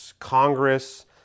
Congress